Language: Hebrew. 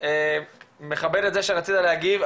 אני מכבד את זה שרצית להגיב,